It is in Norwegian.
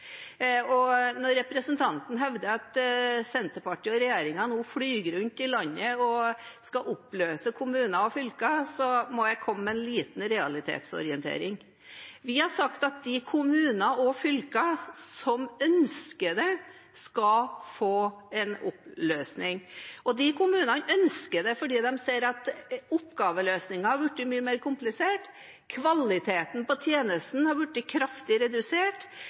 Når representanten hevder at Senterpartiet og regjeringen nå flyr rundt i landet og skal oppløse kommuner og fylker, må jeg komme med en liten realitetsorientering. Vi har sagt at de kommuner og fylker som ønsker det, skal få bli oppløst. Og de kommunene ønsker det fordi de ser at oppgaveløsningen har blitt mye mer komplisert, kvaliteten på tjenestene har blitt kraftig redusert,